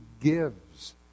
gives